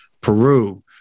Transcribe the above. Peru